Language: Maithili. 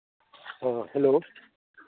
हँ हेलो